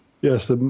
Yes